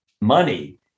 money